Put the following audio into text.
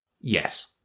Yes